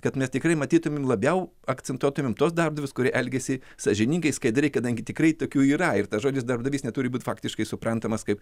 kad mes tikrai matytumėm labiau akcentuotumėm tuos darbdavius kurie elgiasi sąžiningai skaidriai kadangi tikrai tokių yra ir tas žodis darbdavys neturi būt faktiškai suprantamas kaip